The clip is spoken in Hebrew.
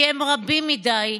כי הם רבים מדי,